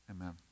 amen